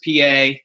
PA